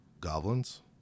Goblins